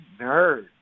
nerd